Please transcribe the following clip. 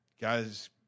Guys